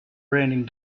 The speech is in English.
raining